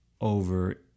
over